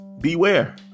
Beware